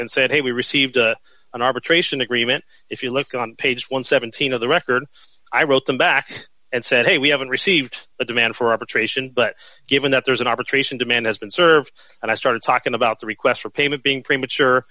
and said hey we received an arbitration agreement if you look on page one hundred and seventeen of the record i wrote them back and said hey we haven't received a demand for arbitration but given that there's an arbitration demand has been served and i started talking about the requests for payment being premature